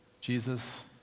Jesus